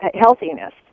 healthiness